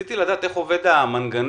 רציתי לדעת איך עובד המנגנון